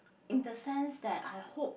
in the sense that I hope